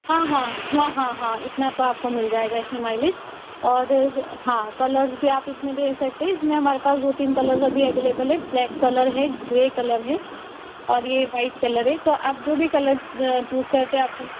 हाँ हाँ हाँ हाँ इतना तो आपको मिल जाएगा इस में माइलेज और हाँ कलर्स भी आप इसमें देख सकते है इस में तो हमारे पास दो तीन कलर अवेलेबल हैं ब्लैक कलर है ग्रे कलर है और ये वाइट कलर है तो आप जो भी कलर चूज़ करते हैं